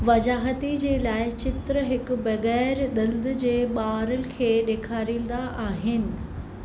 वज़ाहती जे लाइ चित्र हिकु बगै़र डं॒द जे ॿार खे डे॒खारींदा आहिनि